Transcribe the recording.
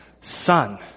son